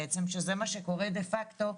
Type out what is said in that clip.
שזה מה שקורה דה-פקטו,